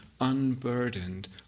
unburdened